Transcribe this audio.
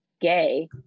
gay